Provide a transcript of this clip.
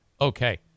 Okay